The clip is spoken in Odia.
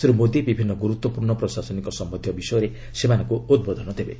ଶ୍ରୀ ମୋଦି ବିଭିନ୍ନ ଗୁରୁତ୍ୱପୂର୍ଣ୍ଣ ପ୍ରଶାସନିକ ସମ୍ଭନ୍ଧୀୟ ବିଷୟରେ ସେମାନଙ୍କୁ ଉଦ୍ବୋଧନ ଦେବେ